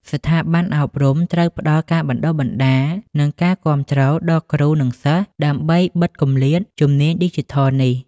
ស្ថាប័នអប់រំត្រូវផ្តល់ ការបណ្តុះបណ្តាល និងការគាំទ្រ ដល់គ្រូ និងសិស្សដើម្បីបិទគម្លាតជំនាញឌីជីថលនេះ។